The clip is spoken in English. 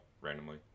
randomly